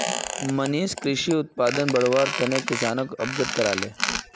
मनीष कृषि उत्पादनक बढ़व्वार तने किसानोक अवगत कराले